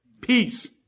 Peace